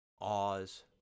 Oz